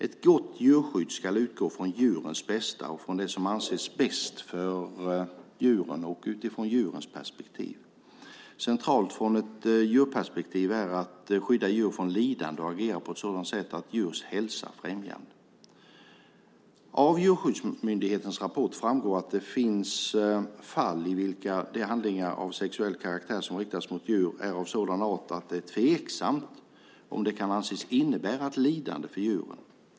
Ett gott djurskydd ska utgå från djurens bästa och från det som anses bäst för djuren utifrån djurens perspektiv. Centralt från ett djurperspektiv är att skydda djur från lidande och agera på ett sådant sätt att djurs hälsa främjas. Av Djurskyddsmyndighetens rapport framgår att det finns fall i vilka de handlingar av sexuell karaktär som riktas mot djur är av sådan art att det är tveksamt om de kan anses innebära ett lidande för djuren.